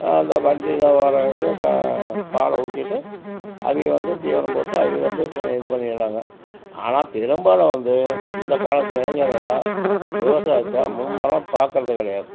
அந்த வண்டியில் வரவன்கிட்ட கா பாலை ஊற்றிட்டு அவக வந்து தீவனம் போட்டு அவக வந்து சே இது பண்ணிக்கிறாங்க ஆனால் பெரும்பாலும் வந்து இந்த காலத்து இளைஞர்களெலாம் விவசாயத்தை மும்முரமாக பார்க்கறது கிடையாது